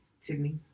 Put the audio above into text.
Sydney